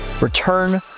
return